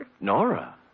Nora